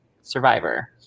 Survivor